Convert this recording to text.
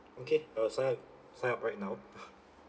okay I will sign up sign up right now